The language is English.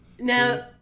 Now